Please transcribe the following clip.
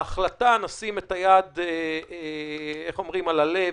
ההחלטה נשים את היד על הלב